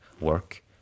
work